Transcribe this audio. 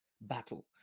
battle